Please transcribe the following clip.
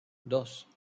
dos